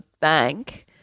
bank